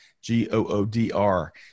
G-O-O-D-R